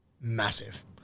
Massive